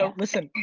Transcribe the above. ah listen,